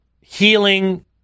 healing